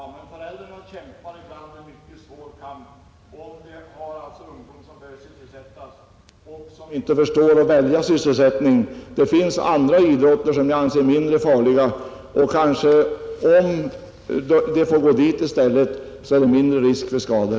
Herr talman! Föräldrar kämpar ibland en mycket svår kamp, om de har ungdomar som behöver sysselsättas men som inte förstår att välja sysselsättning. Det finns andra idrotter som jag anser mindre farliga. Om ungdomarna ägnar sig åt sådana idrotter i stället är det mindre risk för skador.